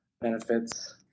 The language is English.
benefits